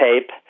tape